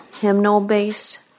hymnal-based